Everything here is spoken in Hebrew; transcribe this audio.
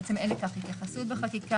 בעצם אין לכך התייחסות בחקיקה,